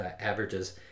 averages